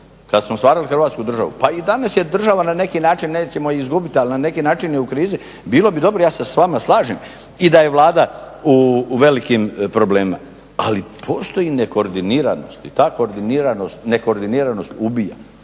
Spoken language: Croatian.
kad smo stvarali Hrvatsku državu. Pa i danas je država na neki način, nećemo je izgubiti ali na neki način je u krizi. Bilo bi dobro, ja se s vama slažem, i da je Vlada u velikim problemima ali postoji nekoordiniranost i ta nekoordiniranost ubija.